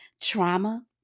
trauma